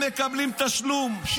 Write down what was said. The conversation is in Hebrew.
הם מקבלים תשלום.